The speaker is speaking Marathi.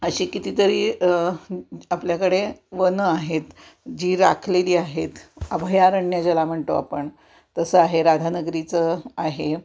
अशी कितीतरी आपल्याकडे वनं आहेत जी राखलेली आहेत अभयारण्य ज्याला म्हणतो आपण तसं आहे राधानगरीचं आहे